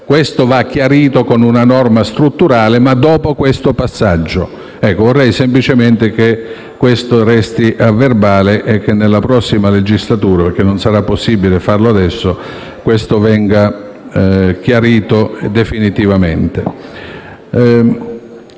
Questo va chiarito con una norma strutturale dopo questo passaggio; vorrei semplicemente che questo aspetto restasse agli atti, e che nella prossima legislatura, se non sarà possibile farlo adesso, venisse chiarito definitivamente.